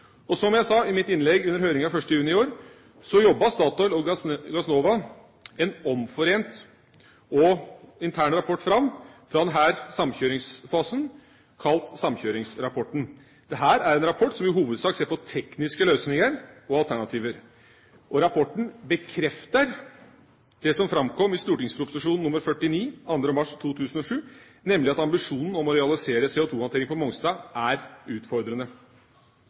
Som jeg sa i mitt innlegg under høringa 1. juni i år, jobbet Statoil og Gassnova fram en omforent og intern rapport fra denne samkjøringsfasen, kalt samkjøringsrapporten. Dette er en rapport som i hovedsak ser på tekniske løsninger og alternativer. Rapporten bekrefter det som framkom i St.prp. nr. 49, 2. mars 2007, nemlig at ambisjonen om å realisere CO2-håndtering på Mongstad er utfordrende.